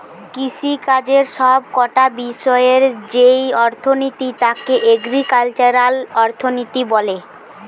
কৃষিকাজের সব কটা বিষয়ের যেই অর্থনীতি তাকে এগ্রিকালচারাল অর্থনীতি বলে